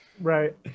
right